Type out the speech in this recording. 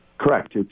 Correct